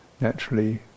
naturally